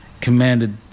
commanded